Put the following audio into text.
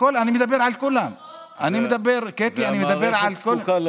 הכול, אני מדבר על כולם.